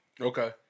Okay